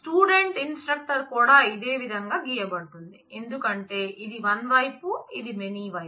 student instructor కూడా ఇదే విధంగా గీయబడుతుంది ఎందుకంటే ఇది వన్ వైపు ఇది మెనీ వైపు